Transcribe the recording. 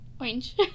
Orange